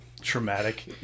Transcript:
traumatic